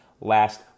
last